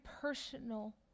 personal